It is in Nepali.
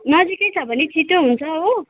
नजिकै छ भने छिट्टो हुन्छ हो